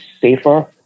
safer